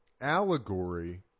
allegory